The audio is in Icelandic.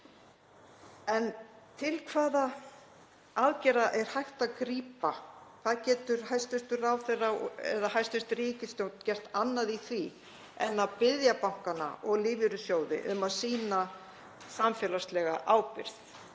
En til hvaða aðgerða er hægt að grípa? Hvað getur hæstv. ráðherra eða hæstv. ríkisstjórn gert annað í því en að biðja bankana og lífeyrissjóði um að sýna samfélagslega ábyrgð?